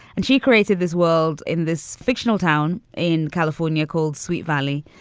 and she created this world in this fictional town in california called sweet valley